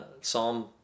Psalm